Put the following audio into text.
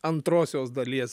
antrosios dalies